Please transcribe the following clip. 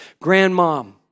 Grandmom